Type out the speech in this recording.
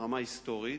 ברמה ההיסטורית,